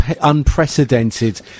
unprecedented